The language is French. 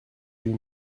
huit